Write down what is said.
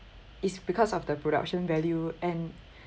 is because of the production value and